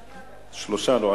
שלושה, לא.